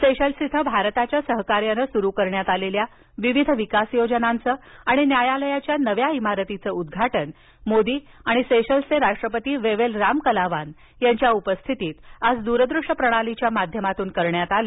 Seychelles इथं भारताच्या सहकार्यानं सुरू करण्यात आलेल्या विविध विकास योजनांचं आणि न्यायालयाच्या नव्या इमारतीचं उद्घाटन मोदी आणि सेशल्सचे राष्ट्रपती वेवेल रामकलावान यांच्या उपस्थितीत आज दूरदृश्य प्रणालीच्या माध्यमातून करण्यात आलं